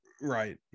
Right